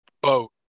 boat